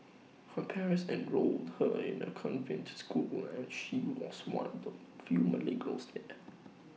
her parents enrolled her in A convent school and she was one of few Malay girls there